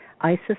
Isis